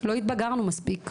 לא התבגרנו מספיק,